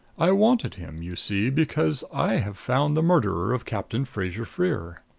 i wanted him, you see, because i have found the murderer of captain fraser-freer.